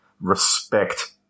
respect